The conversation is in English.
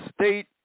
state